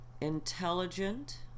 intelligent